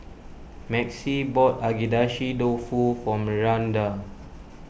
Maxie bought Agedashi Dofu for Miranda